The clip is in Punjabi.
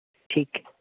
ਠੀਕ